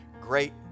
great